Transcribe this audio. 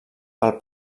pel